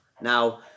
now